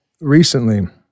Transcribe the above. recently